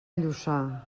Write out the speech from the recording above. lluçà